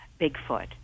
Bigfoot